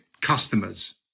customers